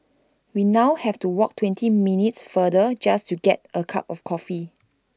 we now have to walk twenty minutes farther just to get A cup of coffee